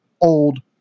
old